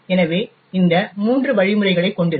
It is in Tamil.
எனவே இது இந்த மூன்று வழிமுறைகளைக் கொண்டிருக்கும்